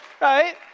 right